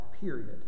period